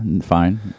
Fine